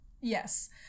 Yes